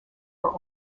for